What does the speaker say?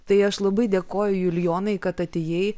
tai aš labai dėkoju julijonai kad atėjai